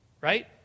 Right